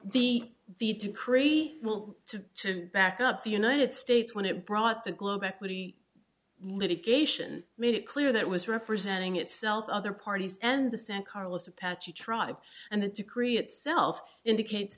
the the too crazy will to to back up the united states when it brought the globe equity litigation made it clear that was representing itself other parties and the san carlos apache tribe and the decree itself indicates